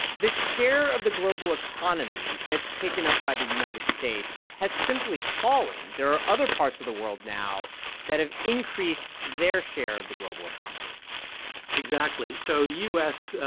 the share of the global economy that's taken up by the united states has simply fallen. there are other parts of the world now that have increased their share of the global economy exactly. so the u s.